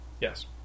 Yes